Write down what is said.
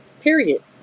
Period